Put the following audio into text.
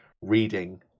reading